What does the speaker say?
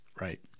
Right